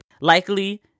likely